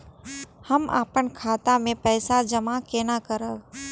हम अपन खाता मे पैसा जमा केना करब?